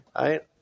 right